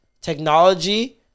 technology